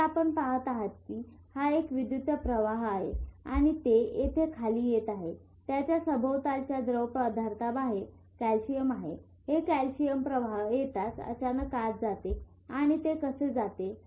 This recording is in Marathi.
तर आपण पहात आहात की हा एक विद्युत प्रवाह आहे आणि ते येथे खाली येत आहे त्याच्या सभोवतालच्या द्रवपदार्थाबाहेर कॅल्शियम आहे हे कॅल्शियम प्रवाह येताच अचानक आत जाते आणि ते कसे जाते